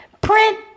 print